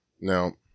Now